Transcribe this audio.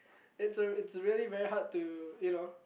it's a it's a really very hard to you know